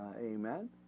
Amen